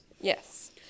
yes